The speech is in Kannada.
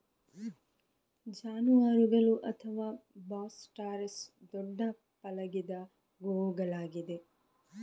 ಜಾನುವಾರುಗಳು ಅಥವಾ ಬಾಸ್ ಟಾರಸ್ ದೊಡ್ಡ ಪಳಗಿದ ಗೋವುಗಳಾಗಿವೆ